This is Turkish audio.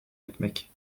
etmek